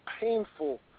painful